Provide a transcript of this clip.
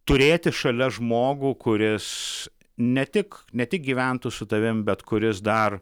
turėti šalia žmogų kuris ne tik ne tik gyventų su tavimi bet kuris dar